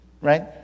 right